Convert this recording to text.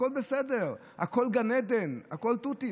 הכול בסדר, הכול גן עדן, הכול תותים.